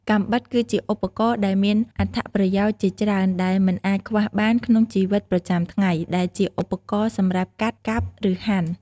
កាំបិត គឺជាឧបករណ៍ដែលមានអត្ថប្រយោជន៍ជាច្រើនដែលមិនអាចខ្វះបានក្នុងជីវិតប្រចាំថ្ងៃ ដែលជាឧបករណ៍សម្រាប់កាត់ កាប់ ឬហាន់។